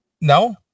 No